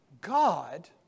God